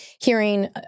hearing